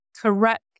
correct